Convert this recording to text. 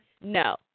No